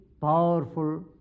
powerful